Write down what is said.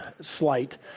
Slight